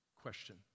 question